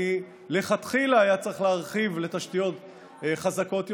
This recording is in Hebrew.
מלכתחילה היה צריך להרחיב לתשתיות חזקות יותר,